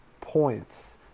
points